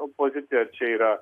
pozicija aš čia yra